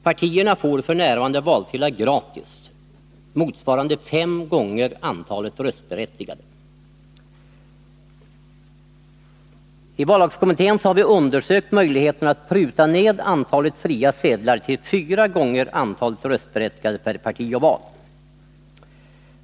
Partierna får f. n. valsedlar gratis motsvarande fem gånger antalet röstberättigade. I vallagskommittén har vi undersökt möjligheterna att pruta ned antalet fria sedlar till fyra gånger antalet röstberättigade per parti och val.